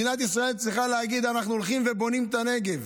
מדינת ישראל צריכה להגיד: אנחנו הולכים ובונים את הנגב,